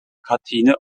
kantine